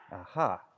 Aha